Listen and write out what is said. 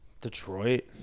Detroit